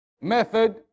method